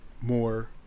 more